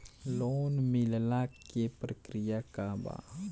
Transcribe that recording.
Loan मिलेला के प्रक्रिया का बा?